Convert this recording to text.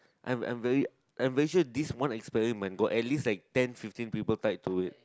I am I am very I am very sure this one experiment got at least like ten fifteen people tied to it